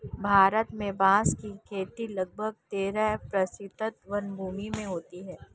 भारत में बाँस की खेती लगभग तेरह प्रतिशत वनभूमि में होती है